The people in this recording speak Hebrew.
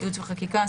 ייעוץ וחקיקה,